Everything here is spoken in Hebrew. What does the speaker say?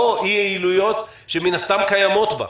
לא אי-יעילויות שמן הסתם קיימות בה,